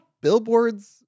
billboards